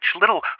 little